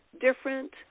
different